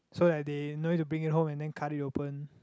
so that they no to need to bring it home and then cut it open